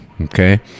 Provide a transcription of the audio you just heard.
okay